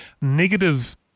negative